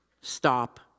stop